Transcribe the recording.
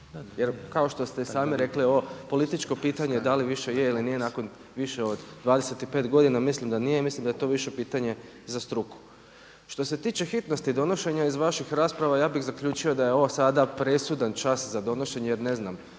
Jer kao što ste i sami rekli ovo političko pitanje da li više je ili nije nakon više od 25 godina, mislim da nije i mislim da je to više pitanje za struku. Što se tiče hitnosti donošenja iz vaših rasprava, ja bih zaključio da je ovo sada presudan čas za donošenje jer ne znam,